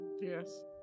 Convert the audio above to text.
Yes